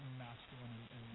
masculine